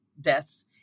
deaths